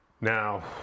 Now